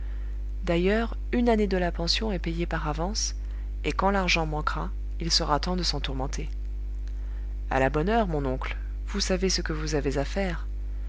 d'ailleurs une année de la pension est payée par avance et quand l'argent manquera il sera temps de s'en tourmenter à la bonne heure mon oncle vous savez ce que vous avez à faire